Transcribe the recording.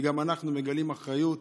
גם אנחנו מגלים אחריות